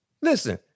Listen